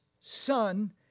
Son